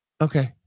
Okay